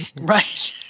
Right